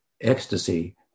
ecstasy